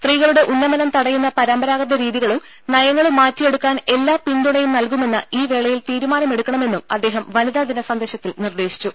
സ്ത്രീകളുടെ ഉന്നമനം തടയുന്ന പരമ്പരാഗത രീതികളും നയങ്ങളും മാറ്റിയെടുക്കാൻ എല്ലാ പിന്തുണയും നൽകുമെന്ന് ഈ വേളയിൽ തീരുമാനമെടുക്കണമെന്നും അദ്ദേഹം വനിതാ ദിന സന്ദേശത്തിൽ നിർദേശിച്ചു